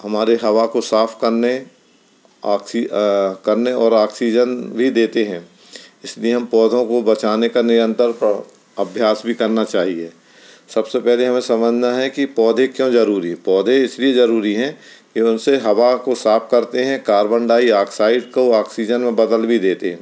हमारे हवा को साफ करने ऑक्सी करने और ऑक्सीजन भी देते हैं इसलिए हम पौधों को बचाने का नियंतर प्र अभ्यास भी करना चाहिए सबसे पहले हमें समझना है कि पौधे क्यों ज़रूरी पौधे इसलिए ज़रूरी हैं कि उनसे हवा को साफ करते हैं कार्बन डाइआक्साइड को ऑक्सीजन में बदल भी देते हैं